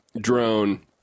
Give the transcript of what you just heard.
drone